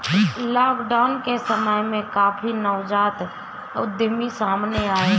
lockdown के समय में काफी नवजात उद्यमी सामने आए हैं